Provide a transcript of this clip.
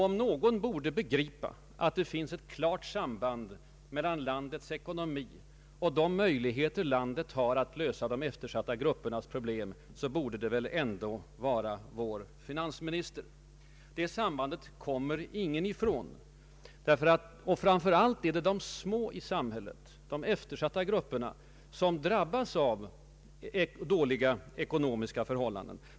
Om någon borde begripa att det finns ett klart samband mellan landets ekonomi och de möjligheter landet har att lösa de eftersatta gruppernas problem, borde det väl ändå vara vår finansminister. Framför allt är det de små i samhället, de eftersatta grupperna, som drabbas av dåliga ekonomiska förhållanden.